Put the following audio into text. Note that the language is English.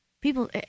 People